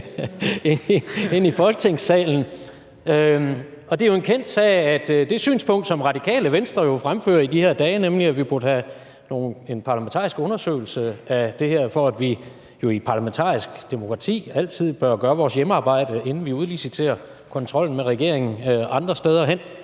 ind i Folketingssalen. Og det er jo en kendt sag, at det synspunkt og den idé, som Radikale Venstre fremfører i de her dage, nemlig at vi burde have en parlamentarisk undersøgelse af det her, for vi bør i et parlamentarisk demokrati altid gøre vores hjemmearbejde, inden vi udliciterer kontrollen med regeringen andre steder hen,